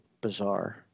bizarre